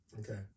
Okay